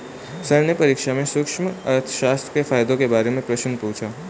sir ने परीक्षा में सूक्ष्म अर्थशास्त्र के फायदों के बारे में प्रश्न पूछा